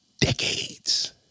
decades